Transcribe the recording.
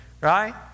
right